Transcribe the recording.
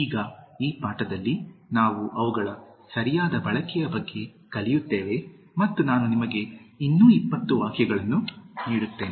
ಈಗ ಈ ಪಾಠದಲ್ಲಿ ನಾವು ಅವುಗಳ ಸರಿಯಾದ ಬಳಕೆಯ ಬಗ್ಗೆ ಕಲಿಯುತ್ತೇವೆ ಮತ್ತು ನಾನು ನಿಮಗೆ ಇನ್ನೂ 20 ವಾಕ್ಯಗಳನ್ನು ನೀಡುತ್ತೇನೆ